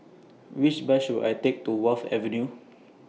Which Bus should I Take to Wharf Avenue